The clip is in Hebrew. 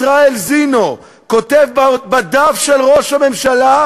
ישראל זינו, כותב בדף של ראש הממשלה,